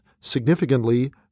significantly